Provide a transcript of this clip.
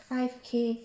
five k